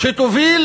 שתוביל